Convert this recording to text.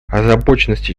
озабоченности